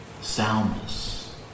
soundness